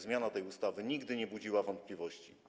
Zmiana tej ustawy nigdy nie budziła wątpliwości.